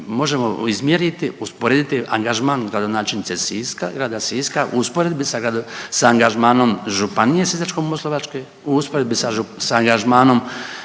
možemo izmjeriti i usporediti angažman gradonačelnice Siska, grada Siska u usporedbi sa angažmanom županije Sisačko-moslavačke u usporedbi sa angažmanom